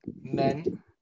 Men